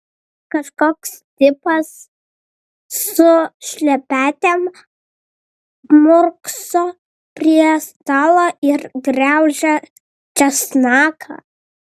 kažkoks tipas su šlepetėm murkso prie stalo ir graužia česnaką